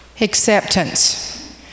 Acceptance